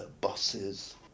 buses